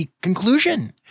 conclusion